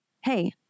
Hey